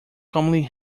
commonly